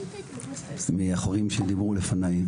מהאחרונים שדיברו לפניי.